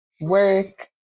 work